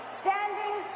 standing